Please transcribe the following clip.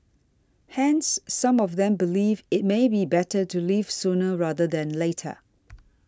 hence some of them believe it may be better to leave sooner rather than later